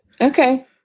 Okay